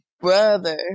brother